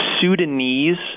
Sudanese